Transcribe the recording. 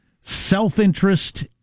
self-interest